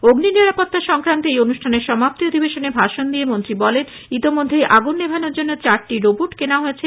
অগ্নি নিরাপত্তা সংক্রান্ত এই অনুষ্ঠানের সমাপ্তি অধিবেশনে ভাষণ দিয়ে মন্ত্রী বলেন যে ইতোমধ্যেই আগুন নেভানোর জন্য চারটি রোবোট কেনা হয়েছে